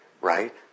right